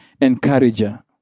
encourager